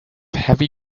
heavy